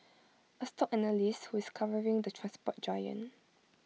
A stock analyst who is covering the transport giant